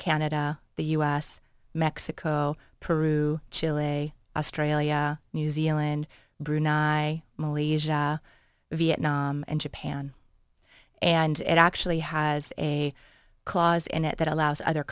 canada the us mexico peru chile australia new zealand brunei malaysia vietnam and japan and it actually has a clause in it that allows other